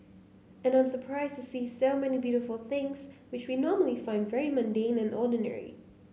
and I'm surprised to see so many beautiful things which we normally find very mundane and ordinary